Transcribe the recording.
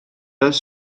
ers